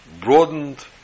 broadened